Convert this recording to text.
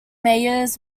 mayors